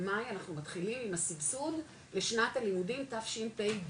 במאי אנחנו מתחילים עם הסבסוד לשנת הלימודים תשפ"ד,